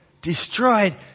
destroyed